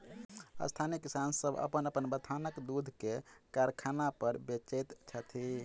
स्थानीय किसान सभ अपन अपन बथानक दूध के कारखाना पर बेचैत छथि